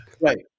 Right